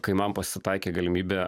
kai man pasitaikė galimybė